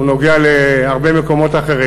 הוא נוגע להרבה מקומות אחרים.